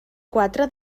quatre